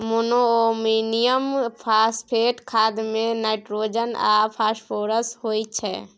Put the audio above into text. monoammonium phosphate खाद मे nitrogen आ फास्फोरस होइ छै